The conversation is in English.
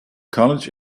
college